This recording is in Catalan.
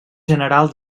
general